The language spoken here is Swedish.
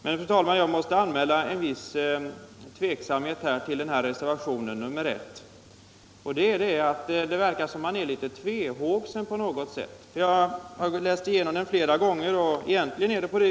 Men, fru talman, jag måste anmäla en viss tveksamhet till reservationen 1. Det verkar som om man där är litet tvehågsen. Jag har läst igenom reservationen flera gånger.